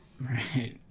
Right